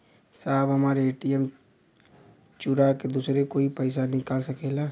साहब हमार ए.टी.एम चूरा के दूसर कोई पैसा निकाल सकेला?